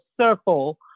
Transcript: circle